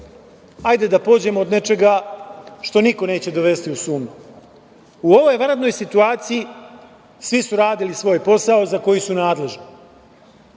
da pođemo od nečega što niko neće dovesti sumnju. U ovoj vanrednoj situaciji svi su radili svoj posao za koji su nadležni,